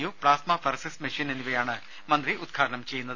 U plasmapheresis machine എന്നിവയാണ് മന്ത്രി ഉദ്ഘാടനം ചെയ്യുന്നത്